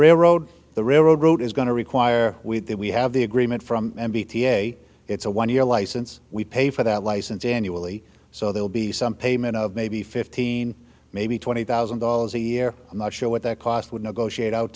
railroad the railroad wrote is going to require with that we have the agreement from bta it's a one year license we pay for that license annually so there'll be some payment of maybe fifteen maybe twenty thousand dollars a year i'm not sure what that cost would negotiate out